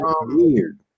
weird